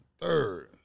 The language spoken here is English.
Third